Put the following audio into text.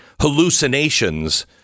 hallucinations